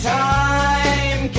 time